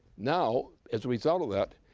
now, as a result of that,